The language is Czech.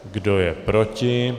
Kdo je proti?